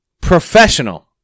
professional